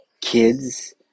kids